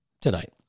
tonight